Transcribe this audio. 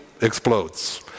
Explodes